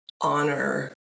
honor